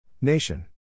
Nation